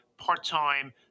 part-time